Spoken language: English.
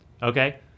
Okay